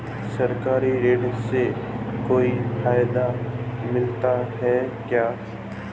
सरकारी ऋण से कोई फायदा मिलता है क्या?